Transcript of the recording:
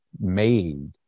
made